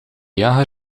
jager